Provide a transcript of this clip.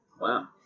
Wow